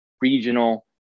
regional